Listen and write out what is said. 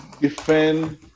defend